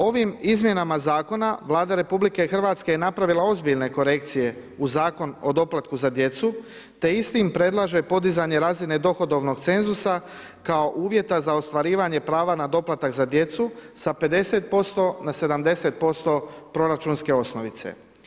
Ovim izmjenama zakona Vlada RH je napravila ozbiljne korekcije u Zakon o doplatku za djecu te istim predlaže podizanje razine dohodovnog cenzusa kao uvjeta za ostvarivanje prava na doplatak za djecu sa 50% na 70% proračunske osnovice.